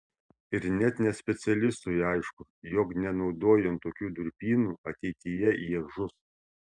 ir net nespecialistui aišku jog nenaudojant tokių durpynų ateityje jie žus